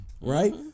Right